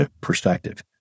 perspective